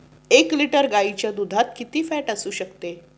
एक लिटर गाईच्या दुधात किती फॅट असू शकते?